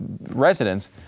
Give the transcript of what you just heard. residents